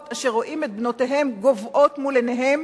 אשר רואים את בנותיהם גוועות מול עיניהם